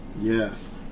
Yes